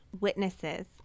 witnesses